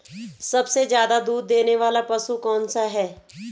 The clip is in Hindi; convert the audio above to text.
सबसे ज़्यादा दूध देने वाला पशु कौन सा है?